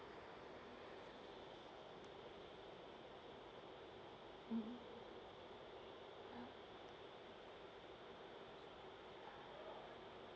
mmhmm ya